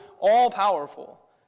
all-powerful